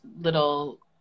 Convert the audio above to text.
little